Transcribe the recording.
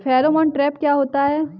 Pheromone trap क्या होता है?